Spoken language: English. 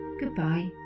Goodbye